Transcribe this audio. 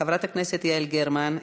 חברת הכנסת יעל גרמן,